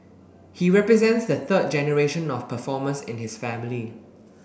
he represents the third generation of performers in his family